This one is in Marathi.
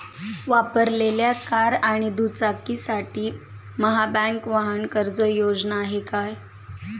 वापरलेल्या कार आणि दुचाकीसाठी महाबँक वाहन कर्ज योजना काय आहे?